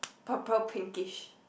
purple pinkish